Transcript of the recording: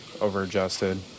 over-adjusted